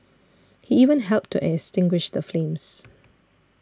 he even helped to extinguish the flames